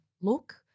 look